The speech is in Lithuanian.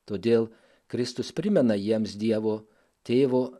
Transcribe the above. todėl kristus primena jiems dievo tėvo